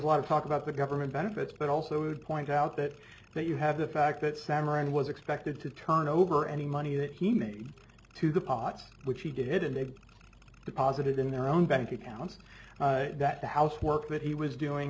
a lot of talk about the government benefits but also would point out that that you have the fact that samurai and was expected to turn over any money that he made to the pot which he did and they deposited in their own bank accounts that the housework that he was doing